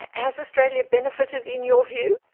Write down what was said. has australia benefited, in your view?